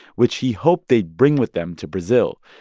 which he hoped they'd bring with them to brazil,